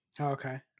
Okay